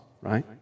right